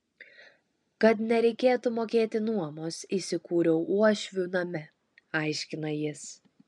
kad nereikėtų mokėti nuomos įsikūriau uošvių name aiškina jis